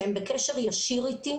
שהם בקשר ישיר אתי.